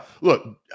look